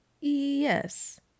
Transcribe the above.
yes